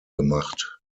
gemacht